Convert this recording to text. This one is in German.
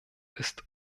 ist